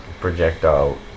projectile